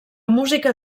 música